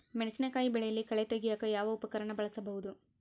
ಮೆಣಸಿನಕಾಯಿ ಬೆಳೆಯಲ್ಲಿ ಕಳೆ ತೆಗಿಯಾಕ ಯಾವ ಉಪಕರಣ ಬಳಸಬಹುದು?